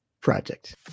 Project